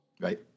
Right